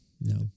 no